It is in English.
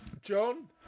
John